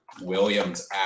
williams